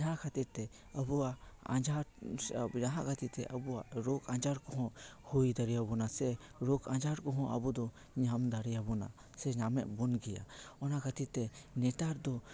ᱡᱟᱦᱟᱸ ᱠᱷᱟᱹᱛᱤᱨ ᱛᱮ ᱟᱵᱚᱣᱟᱜ ᱟᱡᱷᱟᱨ ᱥᱮ ᱟᱵᱚ ᱡᱟᱦᱟᱸ ᱠᱷᱟᱹᱛᱤᱨ ᱛᱮ ᱟᱵᱚᱣᱟᱜ ᱨᱳᱜ ᱟᱡᱟᱨ ᱠᱚᱦᱚᱸ ᱦᱩᱭ ᱫᱟᱲᱮᱭᱟᱵᱚᱱᱟ ᱥᱮ ᱨᱳᱜᱽ ᱟᱡᱟᱨ ᱠᱚᱦᱚᱸ ᱟᱵᱚ ᱫᱚ ᱧᱟᱢ ᱫᱟᱲᱮ ᱟᱵᱚᱱᱟ ᱥᱮ ᱧᱟᱢᱮᱫ ᱵᱚᱱ ᱜᱮᱭᱟ ᱚᱱᱟ ᱠᱷᱟᱹᱛᱤᱨ ᱛᱮ ᱱᱟᱛᱟᱨ ᱫᱚ